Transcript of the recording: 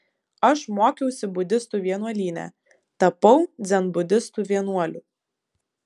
aš mokiausi budistų vienuolyne tapau dzenbudistų vienuoliu